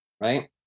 right